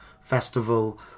Festival